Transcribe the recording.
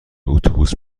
اتوبوس